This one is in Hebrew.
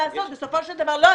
יש --- לא,